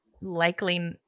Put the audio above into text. likely –